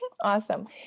awesome